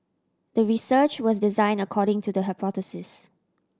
the research was design according to the hypothesis